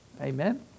Amen